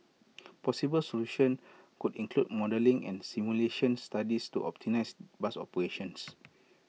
possible solution could include modelling and simulation studies to optimise bus operations